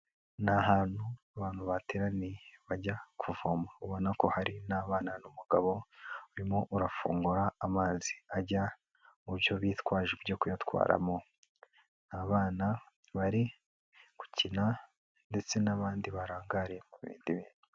Ni ahantu abantu bateraniye. Bajya kuvoma. Ubona ko hari n'abana n'umugabo urimo urafungura amazi ajya mu byo bitwaje byo kuyatwaramo, abana bari gukina ndetse n'abandi barangariye Mu bindi bintu.